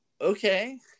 okay